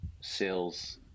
sales